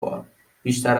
بار، بیشتر